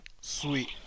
Sweet